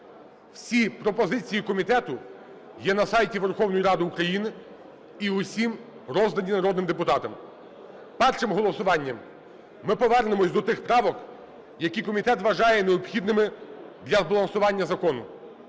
Всі пропозиції комітету є на сайті Верховної Ради України і всім роздані народним депутатам. Першим голосуванням ми повернемося до тих правок, які комітет вважає необхідними для голосування закону.